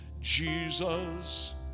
Jesus